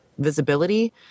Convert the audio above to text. visibility